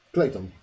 Clayton